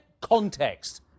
context